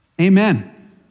Amen